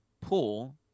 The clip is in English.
pool